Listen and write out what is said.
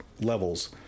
levels